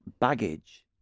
baggage